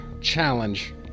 challenge